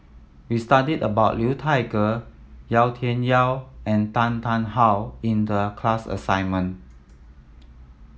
we studied about Liu Thai Ker Yau Tian Yau and Tan Tarn How in the class assignment